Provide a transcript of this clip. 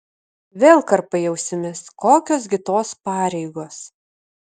vėl karpai ausimis kokios gi tos pareigos